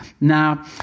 Now